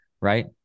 right